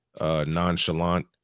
nonchalant